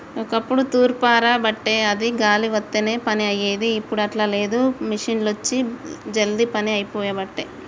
ఒక్కప్పుడు తూర్పార బట్టేది అది గాలి వత్తనే పని అయ్యేది, ఇప్పుడు అట్లా లేదు మిషిండ్లొచ్చి జల్దీ పని అయిపోబట్టే